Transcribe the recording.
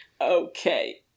Okay